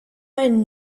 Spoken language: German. einen